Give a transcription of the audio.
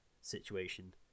situation